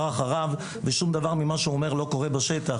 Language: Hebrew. אחריו ושום דבר ממה שהוא אומר לא קורה בשטח.